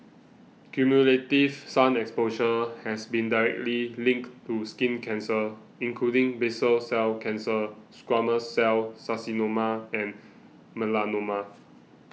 cumulative sun exposure has been directly linked to skin cancer including basal cell cancer squamous cell carcinoma and melanoma